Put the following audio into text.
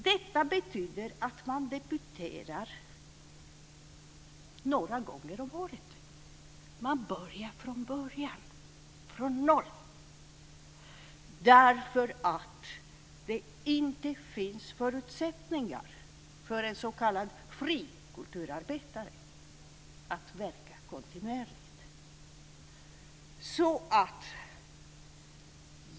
Detta betyder att man debuterar några gånger om året. Man börjar från början, från noll, därför att det inte finns förutsättningar för en s.k. fri kulturarbetare att verka kontinuerligt.